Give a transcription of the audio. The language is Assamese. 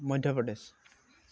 মধ্য প্ৰ্ৰদেশ